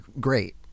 great